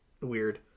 weird